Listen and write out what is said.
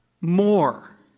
more